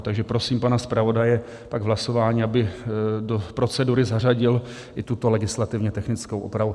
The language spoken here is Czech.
Takže prosím pana zpravodaje pak v hlasování, aby do procedury zařadil i tuto legislativně technickou úpravu.